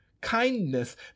kindness